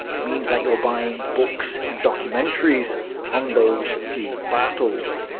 means that you're buying books and documentaries on those few battles.